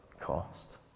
cost